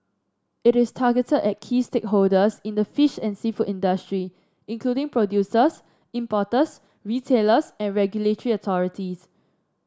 it is targeted at key stakeholders in the fish and seafood industry including producers importers retailers and regulatory authorities